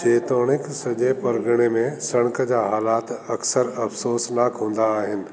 जेतोणीक सॼे परगिणे में सड़क जा हालातु अक्सरु अफ़सोसनाकु हूंदा आहिनि